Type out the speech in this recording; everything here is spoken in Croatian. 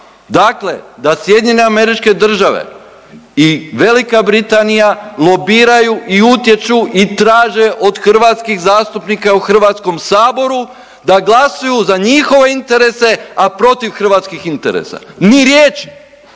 Dakle, da Sjedinjene Američke Države i Velika Britanija lobiraju, i utječu, i traže od hrvatskih zastupnika u Hrvatskom saboru da glasuju za njihove interese, a protiv hrvatskih interesa ni riječ,